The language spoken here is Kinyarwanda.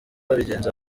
babigenza